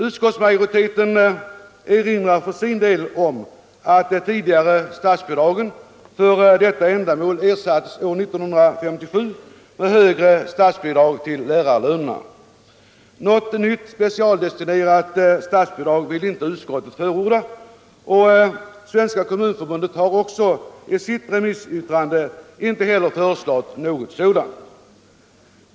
Utskottsmajoriteten erinrar för sin del om att de tidigare statsbidragen för detta ändamål år 1957 ersattes med högre statsbidrag till lärarlönerna. Något nytt specialdestinerat statsbidrag vill inte utskottet förorda. Svenska kommunförbundet har i sitt remissyttrande inte heller föreslagit något sådant.